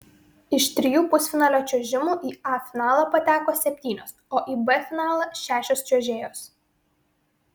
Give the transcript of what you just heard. iš trijų pusfinalio čiuožimų į a finalą pateko septynios o į b finalą šešios čiuožėjos